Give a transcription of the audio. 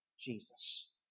Jesus